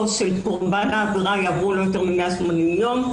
של קורבן העבירה יעברו לא יותר מ-180 ימים.